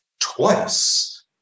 twice